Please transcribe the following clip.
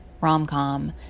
rom-com